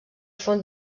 font